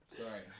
Sorry